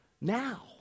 Now